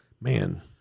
man